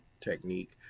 technique